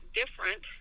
different